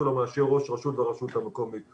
שלו מאשר ראש רשות ברשות המקומית.